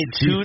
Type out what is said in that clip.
two